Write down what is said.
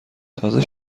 تازه